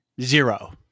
Zero